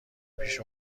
پیش